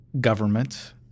government